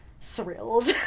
thrilled